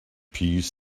piece